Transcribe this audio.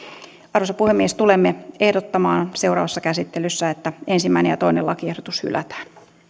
arvoisa puhemies tulemme ehdottamaan seuraavassa käsittelyssä että ensimmäinen ja toinen lakiehdotus hylätään